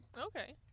Okay